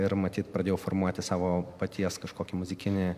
ir matyt pradėjau formuoti savo paties kažkokį muzikinį